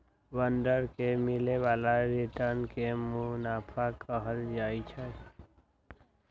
bond से मिले वाला रिटर्न के मुनाफा कहल जाहई